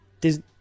Disney